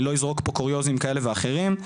אני לא אזרוק פה קוריוזים כאלה ואחרים.